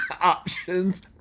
options